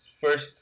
first